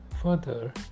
Further